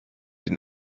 den